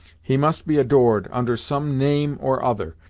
he must be adored, under some name or other,